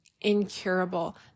incurable